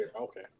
Okay